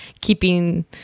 keeping